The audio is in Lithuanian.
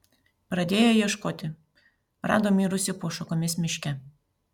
pradėję ieškoti rado mirusį po šakomis miške